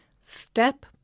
step